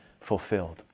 fulfilled